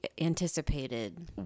anticipated